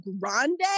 Grande